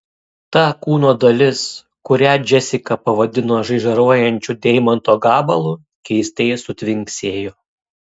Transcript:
ta kūno dalis kurią džesika pavadino žaižaruojančiu deimanto gabalu keistai sutvinksėjo